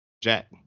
Jack